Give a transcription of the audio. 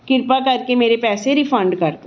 ਕਿਰਪਾ ਕਰਕੇ ਮੇਰੇ ਪੈਸੇ ਰਿਫੰਡ ਕਰ ਦਿਉ